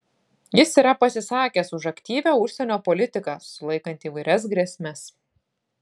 jis yra pasisakęs už aktyvią užsienio politiką sulaikant įvairias grėsmes